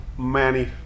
Manny